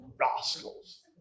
Rascals